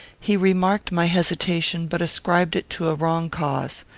he remarked my hesitation, but ascribed it to a wrong cause.